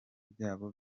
byabo